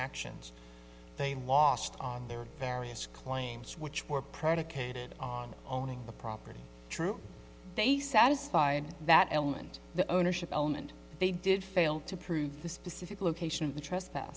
actions they lost on their various claims which were predicated on owning the property true they satisfied that element the ownership element they did fail to prove the specific location of the tr